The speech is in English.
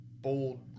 bold